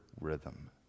rhythm